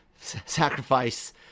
sacrifice